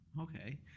Okay